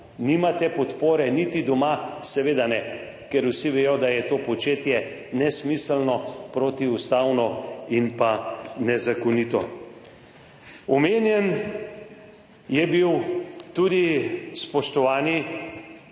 Nimate podpore niti doma, seveda ne, ker vsi vemo, da je to početje nesmiselno, protiustavno in nezakonito. Omenjen je bil tudi spoštovani